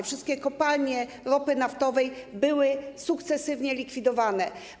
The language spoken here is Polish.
Wszystkie kopalnie ropy naftowej były sukcesywnie likwidowane.